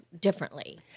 differently